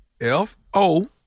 F-O